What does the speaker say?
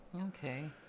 Okay